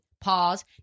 pause